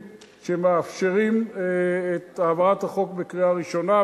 שמאפשרים את העברת החוק בקריאה ראשונה.